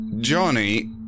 Johnny